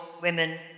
women